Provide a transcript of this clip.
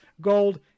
gold